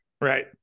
Right